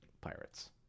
pirates